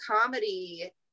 comedy